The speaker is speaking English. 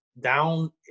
down